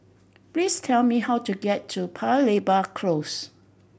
please tell me how to get to Paya Lebar Close